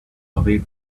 away